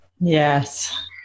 Yes